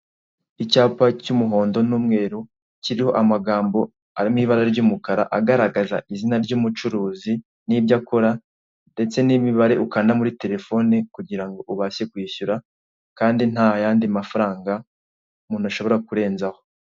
Icyapa cy'umuhondo n'umweru kiriho amagambo amambo ari mu ibara ry'umukara aharagaza izina ry'umucuruzi n'ibyo akora ndetse n'imibare ukanda muri terefone, kugirango umuntu abashe kwishyura kandi nta yandi mafaranga umuntu ashobora kurenzaho.